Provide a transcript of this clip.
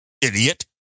idiot